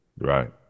Right